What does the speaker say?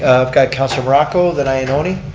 ah i've got councilor morocco then ioannoni.